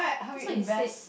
that's what you said